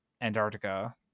antarctica